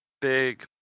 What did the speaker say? big